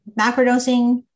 macrodosing